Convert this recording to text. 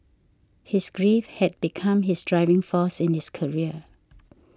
his grief had become his driving force in his career